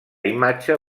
imatge